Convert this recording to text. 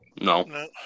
No